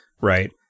right